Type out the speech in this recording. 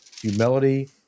humility